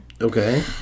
Okay